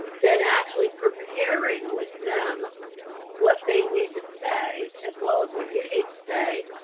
then actually preparing with them what they need to say, as well as what you need to say,